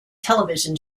television